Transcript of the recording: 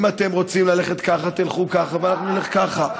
אם אתם רוצים ללכת ככה, תלכו ככה, ואנחנו נלך ככה.